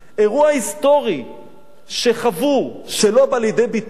אירוע היסטורי שחוו שלא בא לידי ביטוי,